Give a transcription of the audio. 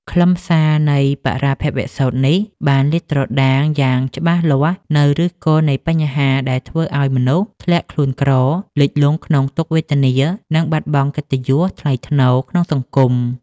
ខ្លឹមសារនៃបរាភវសូត្រនេះ បានលាតត្រដាងយ៉ាងច្បាស់លាស់នូវឫសគល់នៃបញ្ហាដែលធ្វើឱ្យមនុស្សធ្លាក់ខ្លួនក្រ លិចលង់ក្នុងទុក្ខវេទនា និងបាត់បង់កិត្តិយសថ្លៃថ្នូរក្នុងសង្គម។